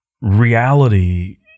Reality